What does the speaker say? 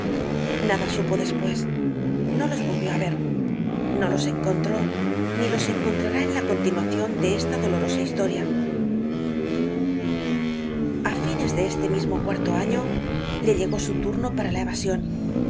nada supo despues no los volvió á ver no los encontró ni los encontrará en la continuacion de esta dolorosa historia content from google book search generated at a fines de este mismo cuarto año le llegó su turno para la evasion